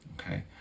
Okay